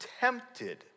tempted